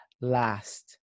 last